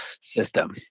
system